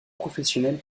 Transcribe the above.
professionnels